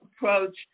approach